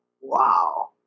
wow